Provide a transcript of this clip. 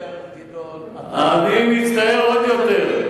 אני מצטער על הבדיקות, אני מצטער עוד יותר.